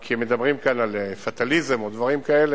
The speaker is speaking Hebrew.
כי הם מדברים כאן על פטאליזם או דברים כאלה.